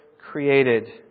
created